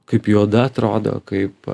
kaip jų oda atrodo kaip